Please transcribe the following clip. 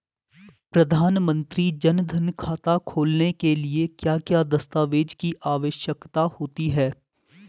प्रधानमंत्री जन धन खाता खोलने के लिए क्या क्या दस्तावेज़ की आवश्यकता होती है?